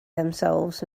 themselves